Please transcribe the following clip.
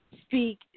Speak